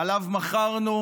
שעליו מכרנו